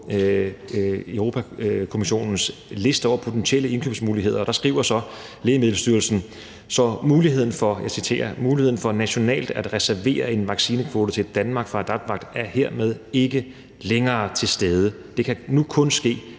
Europa-Kommissionens liste over potentielle indkøbsmuligheder. Der skriver Lægemiddelstyrelsen så, og jeg citerer: Muligheden for nationalt at reservere en vaccinekvote til Danmark fra Adapt Vac er hermed ikke længere til stede. Det kan nu kun ske